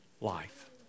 life